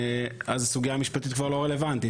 אז הסוגיה המשפטית כבר לא רלוונטית.